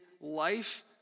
life